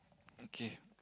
okay